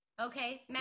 Okay